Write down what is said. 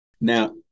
Now